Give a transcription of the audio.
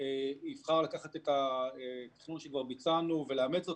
יבחר לקחת את התכנון שכבר ביצענו ולאמץ אותו,